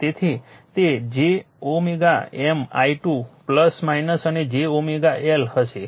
તેથી તે j M i 2 અને j l હશે